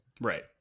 Right